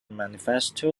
manifesto